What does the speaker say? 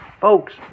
Folks